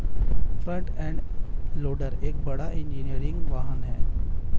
front end loader एक बड़ा engineering वाहन है